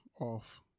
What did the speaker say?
off